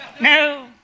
No